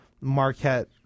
Marquette